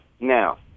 Now